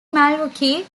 milwaukee